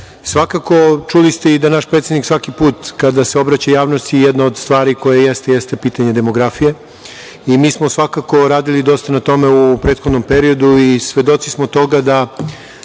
periodu. Čuli ste da i naš predsednik svaki put, kada se obraća javnosti, jedna od stvari koja jeste jeste pitanje demografije i mi smo svakako radili dosta na tome u prethodnom periodu i svedoci smo toga da,